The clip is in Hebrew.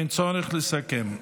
אין צורך לסכם.